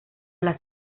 las